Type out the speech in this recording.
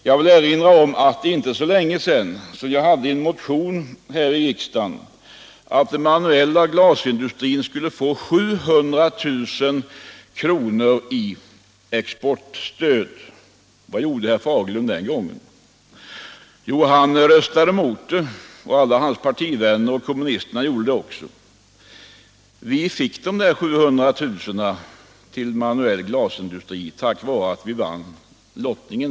Jag vill erinra om att det inte är så länge sedan som jag hade en motion här i riksdagen om att den manuella glasindustrin skulle få 700 000 kr. i exportstöd. Vad gjorde herr Fagerlund den gången? Jo, han röstade mot förslaget. Detsamma gjorde hans partivänner och kommunisterna. Vi fick dessa pengar den gången tack vare att vi vann lottningen.